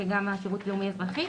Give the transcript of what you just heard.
וגם שירות לאומי-אזרחי.